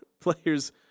players